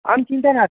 आं चिन्ता नास्ति